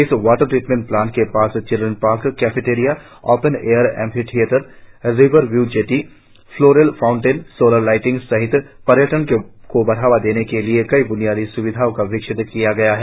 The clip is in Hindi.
इस वाटर ट्रीटमेंट प्लांट के पास children park cafeteria open air amphitheatre riverview jetty floral fountain solar lighting सहित पर्यटन को बढ़ावा देने के लिए कई ब्नियादी स्विधाओ का विकसित किया गया है